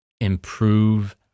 improve